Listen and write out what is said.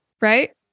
right